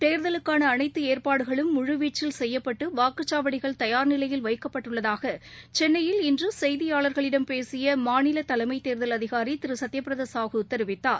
தேர்தலுக்காள அனைத்து அஏற்பாடுகளும் முழுவீச்சில் சுப்யப்பட்டு வாக்குச்சாவடிகள் தயார் நிலையில் வைக்கப்பட்டுள்ளதாக சென்னையில் இன்று செய்தியாளர்களிடம் பேசிய மாநில தலைமை தேர்தல் அதிகாரி திரு சத்யபிரத சாகு தெரிவித்தார்